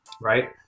right